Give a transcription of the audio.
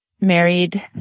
married